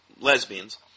lesbians